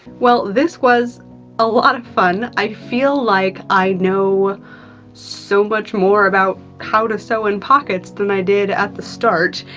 well, this was a lot of fun. i feel like i know so much more about how to sew in pockets than i did at the start.